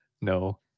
no